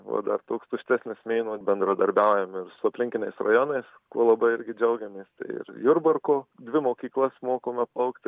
va dar toks tuštesnis mėnuo bendradarbiaujam ir su aplinkiniais rajonais kuo labai irgi džiaugiamės tai ir jurbarko dvi mokyklas mokome plaukti